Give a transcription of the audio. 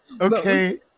okay